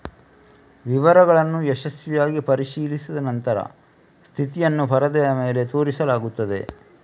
ವಿವರಗಳನ್ನು ಯಶಸ್ವಿಯಾಗಿ ಪರಿಶೀಲಿಸಿದ ನಂತರ ಸ್ಥಿತಿಯನ್ನು ಪರದೆಯ ಮೇಲೆ ತೋರಿಸಲಾಗುತ್ತದೆ